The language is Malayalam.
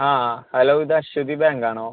ആ ഹലോ ഇത് അശ്വതി ബാങ്കാണോ